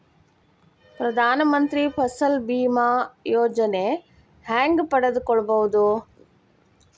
ಪ್ರಧಾನ ಮಂತ್ರಿ ಫಸಲ್ ಭೇಮಾ ಯೋಜನೆ ಹೆಂಗೆ ಪಡೆದುಕೊಳ್ಳುವುದು?